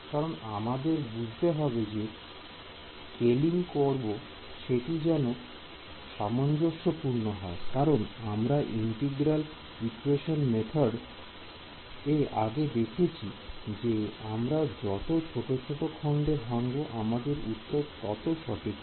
কারণ আমাদের বুঝতে হবে যে স্কেলিং করব সেটি যেন সামঞ্জস্যপূর্ণ হয় কারণ আমরা ইন্টিগ্রাল ইকোয়েশন মেথড এ আগে দেখেছি যে আমরা যত ছোট ছোট খন্ড ভাঙবো আমাদের উত্তর ততো সঠিক আসবে